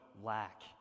lack